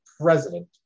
president